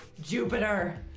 Jupiter